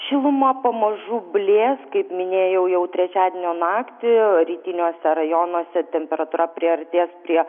šiluma pamažu blės kaip minėjau jau trečiadienio naktį rytiniuose rajonuose temperatūra priartės prie